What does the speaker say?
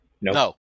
No